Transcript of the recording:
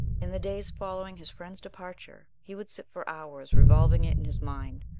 in the days following his friend's departure he would sit for hours revolving it in his mind,